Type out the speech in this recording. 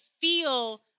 feel